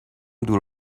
دور